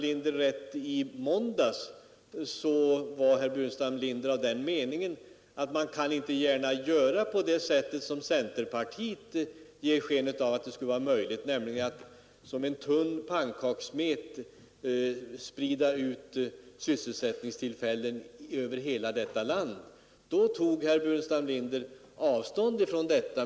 I måndags var herr Burenstam Linder av samma mening som vi att man inte gärna kan göra på det sätt som centerpartiet ger sken av skulle vara möjligt, nämligen att som en tunn pannkakssmet sprida ut industrier över hela detta land. Då tog herr Burenstam Linder avstånd från detta.